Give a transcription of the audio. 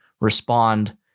respond